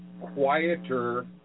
quieter